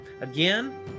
Again